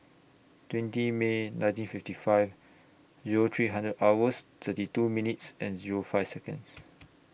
twenty May nineteen fifty five Zero three hundred hours thirty two minutes and Zero five Seconds